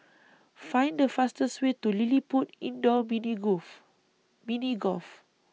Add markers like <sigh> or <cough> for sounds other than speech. Find The fastest Way to LilliPutt Indoor Mini <unintelligible> Mini Golf